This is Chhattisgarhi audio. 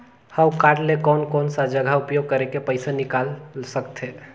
हव कारड ले कोन कोन सा जगह उपयोग करेके पइसा निकाल सकथे?